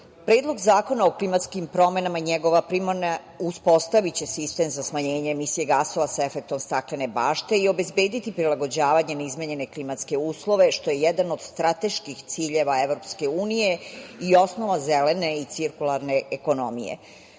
Predlog zakona o klimatskim promena i njegova primena uspostaviće sistem za smanjenje emisije gasova sa efektom staklene bašte i obezbediti prilagođavanje na izmenjene klimatske uslove, što je jedan od strateških ciljeva EU i osnova zelene i cirkularne ekonomije. Brzina